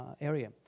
area